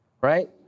right